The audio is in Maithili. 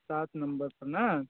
सात नंबर पर नहि